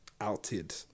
outed